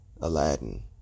Aladdin